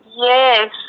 Yes